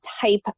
type